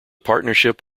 partnership